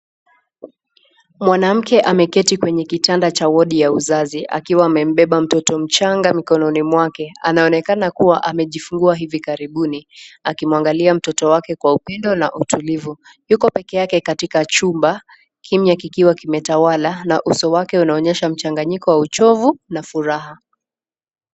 Mwanamke ameketi kwenye kitanda cha ward ya uzazi akiwa amembemba mtoto mchanga kwenye mikononi mwake. Anaonekana kuwa amejifungua hivi karibuni akimwangalia mtoto wake kwa upendo na utulivu. Yuko peke yake katika chumba kimya kikiwa kimetawala na uso wake unaonyesha mchanganyiko wa uchovu na furaha.